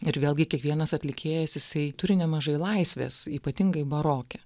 ir vėlgi kiekvienas atlikėjas jisai turi nemažai laisvės ypatingai baroke